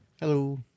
Hello